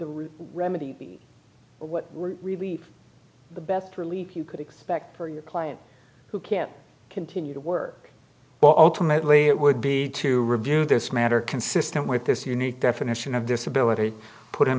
the remedy what really the best relief you could expect for your client who can continue to work but ultimately it would be to review this matter consistent with this unique definition of disability put him